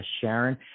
Sharon